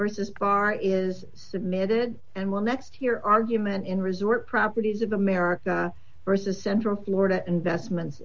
versus barr is submitted and will next hear argument in resort properties of america versus central florida and vestments